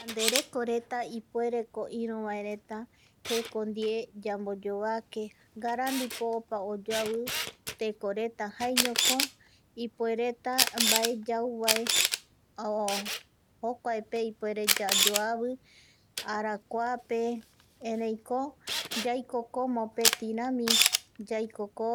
Yanderekoreta ipuereko iruvaereta ndie yamboyovake ngara ndipo opa oyoavi tekoreta jaeñoko ipuereta mbae yauvae jokuaepe ipuere yavoavi arakuape ereiko yaikoko mopeti rami yaikoko